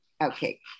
Okay